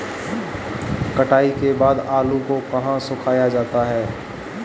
कटाई के बाद आलू को कहाँ सुखाया जाता है?